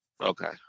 Okay